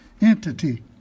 entity